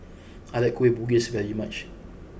I like Kueh Bugis very much